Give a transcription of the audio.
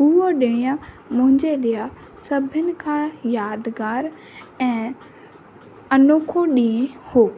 हूअ ॾींहुं मुंहिंजे लाइ सभिनि खां यादगारु ऐं अनोखो ॾींहुं हो